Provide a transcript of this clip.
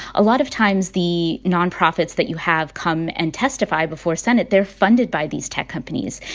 a lot of times, the nonprofits that you have come and testify before senate, they're funded by these tech companies.